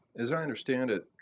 as i understand it,